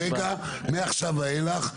אני מבקש כרגע מעכשיו ואילך,